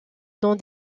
dans